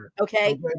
Okay